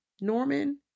Norman